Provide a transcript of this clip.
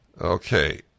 Okay